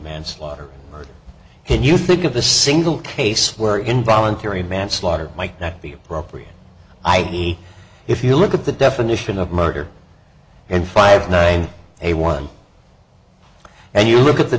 manslaughter and you think of a single case where involuntary manslaughter might not be appropriate id if you look at the definition of murder and five nine a one and you look at the